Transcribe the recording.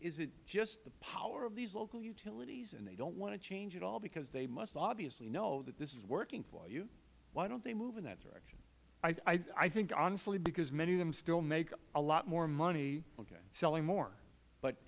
is it just the power of these local utilities and they don't want a change at all because they must obviously know that this is working for you why don't they move in that direction mister kline i think honestly because many of them make a lot more money selling more